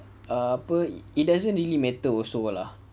apa it doesn't really matter also lah